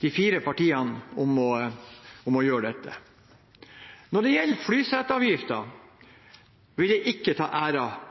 de fire partiene om å gjøre dette. Når det gjelder flyseteavgiften, vil jeg ikke ta